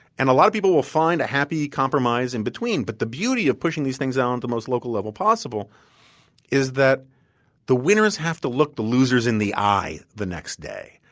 and a lot of people will find a happy compromise in between. but the beauty of pushing these things down to the most local level possible is that the winners have to look the losers in the eye the next day.